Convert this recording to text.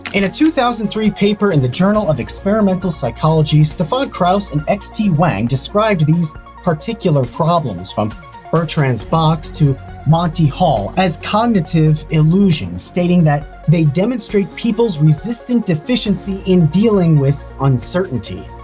in a two thousand and three paper in the journal of experimental psychology, stefan krauss and x t. wang described these particular problems from bertrand's box to monty hall as cognitive illusions, stating that they demonstrate people's resistant deficiency in dealing with uncertainty.